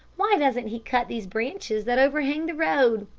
why doesn't he cut these branches that overhang the road?